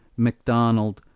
macdonald,